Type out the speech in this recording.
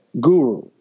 guru